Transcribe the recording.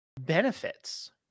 Benefits